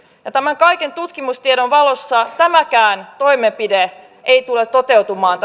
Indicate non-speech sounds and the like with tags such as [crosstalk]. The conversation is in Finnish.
ja tämän kaiken tutkimustiedon valossa tämäkään hallituksen tavoite ei tule toteutumaan [unintelligible]